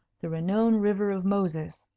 the renowned river of moses.